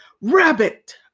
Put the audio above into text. Rabbit